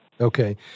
Okay